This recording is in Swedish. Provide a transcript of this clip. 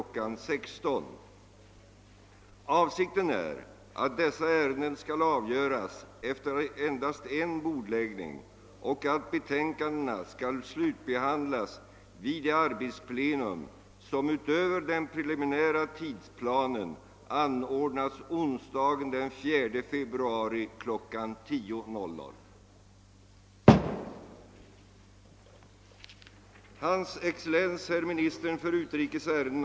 16.00. Avsikten är att dessa ärenden skall avgöras efter endast en bordläggning och att betänzandena skall slutbehandlas vid det arbetsplenum som utöver den preliminära tidplanen anordnas onsdagen den 4 februari kl. 10.00.